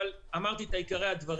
אבל אמרתי את עיקרי הדברים.